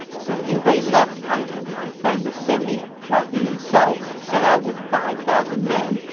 so liu bei left pang tong to defend the city, while he himself set out with five thousand men,